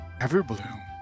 Everbloom